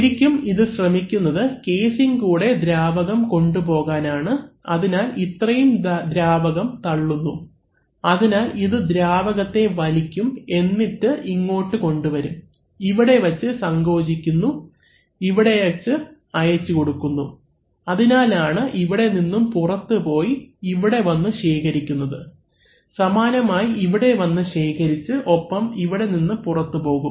ശരിക്കും ഇത് ശ്രമിക്കുന്നത് കേസിംഗ് കൂടെ ദ്രാവകം കൊണ്ടുപോകാനാണ് അതിനാൽ ഇത്രയും ദ്രാവകം തള്ളുന്നു അതിനാൽ ഇത് ദ്രാവകത്തെ വലിക്കും എന്നിട്ട് ഇങ്ങോട്ട് കൊണ്ടുവരും ഇവിടെവച്ച് സങ്കോചിക്കുന്നു ഇവിടെവെച്ച് അയച്ചു കൊടുക്കുന്നു അതിനാലാണ് ഇവിടെ നിന്നും പുറത്തു പോയി ഇവിടെ വന്ന് ശേഖരിക്കുന്നത് സമാനമായി ഇവിടെ വന്ന് ശേഖരിച്ച് ഒപ്പം ഇവിടുന്ന് പുറത്തുപോകും